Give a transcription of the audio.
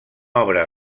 obra